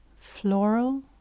Floral